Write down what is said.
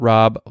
Rob